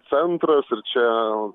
centras ir čia